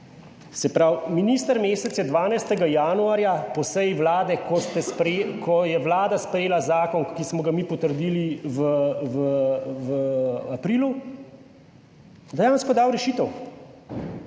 Se pravi, minister Mesec je 12. januarja po seji Vlade, ko je Vlada sprejela zakon, ki smo ga mi potrdili v aprilu dejansko dal rešitev.